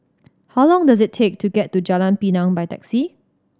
how long does it take to get to Jalan Pinang by taxi